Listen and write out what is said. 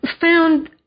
found